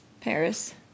Paris